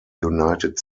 united